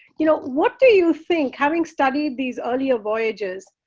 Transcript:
you know what do you think having studied these earlier voyages?